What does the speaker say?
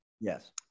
Yes